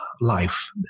life